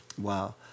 wow